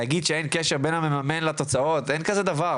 להגיד שאין קשר בין המממן לתוצאות, אין כזה דבר.